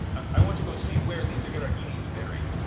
i want to go see where lisa gherardini is buried.